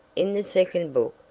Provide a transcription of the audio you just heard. in the second book,